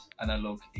analog